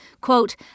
Quote